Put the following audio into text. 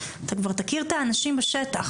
אתה כבר תכיר את האנשים בשטח,